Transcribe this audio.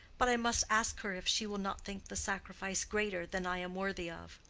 but i must ask her if she will not think the sacrifice greater than i am worthy of.